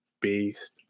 based